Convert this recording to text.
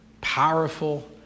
powerful